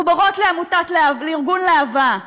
מחוברות לארגון להב"ה,